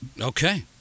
Okay